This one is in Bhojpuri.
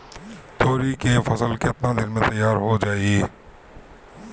तोरी के फसल केतना दिन में तैयार हो जाई?